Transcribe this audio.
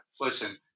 Listen